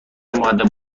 مودب